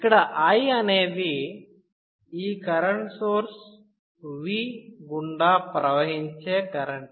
ఇక్కడ 'I' అనేది ఈ ఓల్టేజ్ సోర్స్ 'V' గుండా ప్రవహించే కరెంట్